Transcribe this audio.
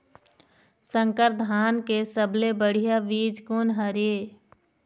संकर धान के सबले बढ़िया बीज कोन हर ये?